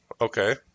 Okay